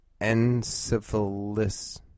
Encephalitis